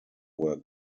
were